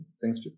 thanks